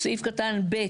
סעיף קטן (ב).